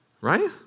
Right